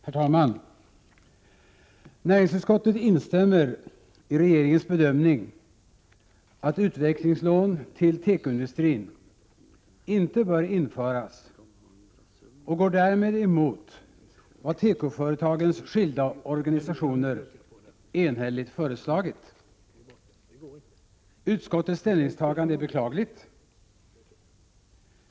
Herr talman! Näringsutskottet instämmer i regeringens bedömning att utvecklingslån till tekoindustrin inte bör införas, och går därmed emot vad tekoföretagens skilda organisationer enhälligt föreslagit. Utskottets ställningstagande är beklagligt.